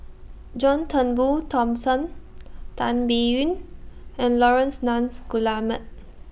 John Turnbull Thomson Tan Biyun and Laurence Nunns Guillemard